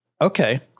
Okay